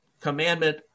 commandment